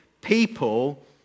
people